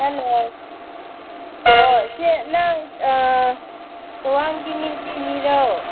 hello ꯑꯣ ꯁꯤ ꯅꯪ ꯆꯨꯋꯥꯡꯀꯤꯅꯤꯡꯀꯤ ꯃꯤꯔꯣ